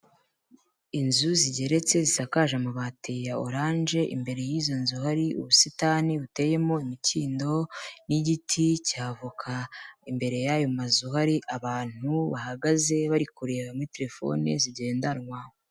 Inzu zigeretse zisakaje amabati ya oranje, imbere y'izo nzu hari ubusitani buteyemo imikindo n'igiti cy'avoka imbere y'ayo mazu hari abantu bahagaze bari kureba muri telefone zigendanwa.